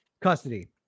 custody